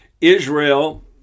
Israel